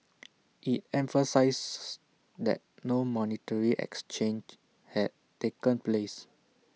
IT emphasised that no monetary exchange had taken place